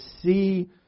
see